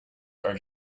are